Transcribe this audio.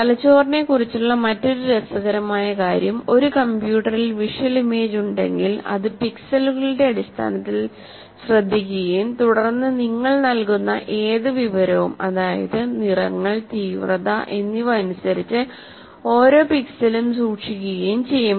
തലച്ചോറിനെക്കുറിച്ചുള്ള മറ്റൊരു രസകരമായ കാര്യം ഒരു കമ്പ്യൂട്ടറിൽ വിഷ്വൽ ഇമേജ് ഉണ്ടെങ്കിൽ അത് പിക്സലുകളുടെ അടിസ്ഥാനത്തിൽ ശ്രദ്ധിക്കുകയും തുടർന്ന് നിങ്ങൾ നൽകുന്ന ഏത് വിവരവും അതായത് നിറങ്ങൾ തീവ്രത എന്നിവ അനുസരിച്ച് ഓരോ പിക്സലും സൂക്ഷിക്കുകയും ചെയ്യും